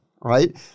Right